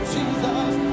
Jesus